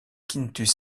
quintus